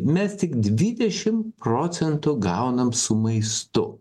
mes tik dvidešim procentų gaunam su maistu